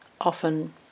often